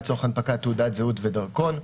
לצורך הנפקת תעודת זהות ודרכון.